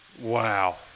Wow